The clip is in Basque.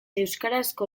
euskarazko